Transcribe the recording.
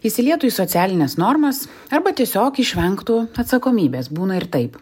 įsilietų į socialines normas arba tiesiog išvengtų atsakomybės būna ir taip